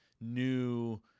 new